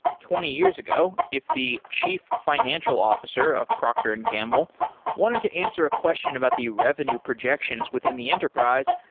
twenty years ago, if the chief financial officer of procter and gamble wanted to answer a question about the revenue projections within the enterprise,